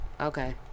okay